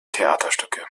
theaterstücke